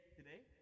today